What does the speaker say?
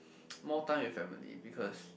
more time with family because